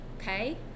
okay